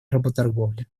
работорговли